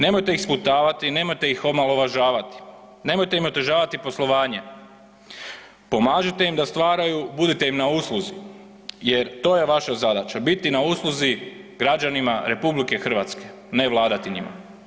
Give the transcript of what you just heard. Nemojte ih sputavati, nemojte ih omalovažavati, nemojte im otežavati poslovanje, pomažite im da stvaraju, budite im na usluzi jer to je vaša zadaća, biti na usluzi građanima RH, ne vladati njima.